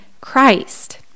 Christ